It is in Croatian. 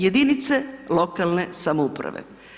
Jedinice lokalne samouprave.